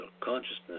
consciousness